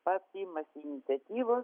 pats imasi iniciatyvos